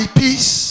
peace